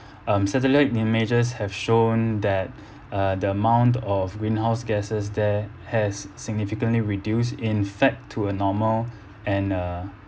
um satellite images have shown that uh the amount of greenhouse gases there has significantly reduced in fact to a normal and uh